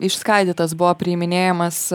išskaidytas buvo priiminėjamas